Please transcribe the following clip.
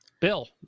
Bill